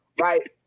right